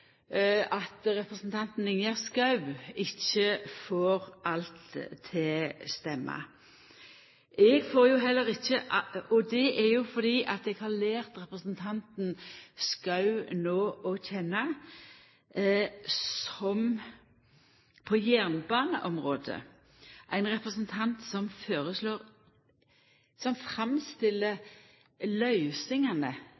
at representanten Ingjerd Schou ikkje får alt til å stemma, og det er fordi eg har lært representanten Schou å kjenna som – på jernbaneområdet – ein representant som framstiller løysingane på jernbane i Noreg som